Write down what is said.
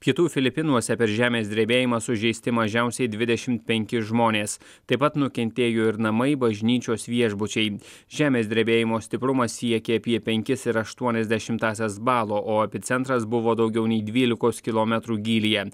pietų filipinuose per žemės drebėjimą sužeisti mažiausiai dvidešimt penki žmonės taip pat nukentėjo ir namai bažnyčios viešbučiai žemės drebėjimo stiprumas siekė apie penkis ir aštuonias dešimtąsias balo o epicentras buvo daugiau nei dvylikos kilometrų gylyje